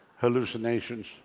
Hallucinations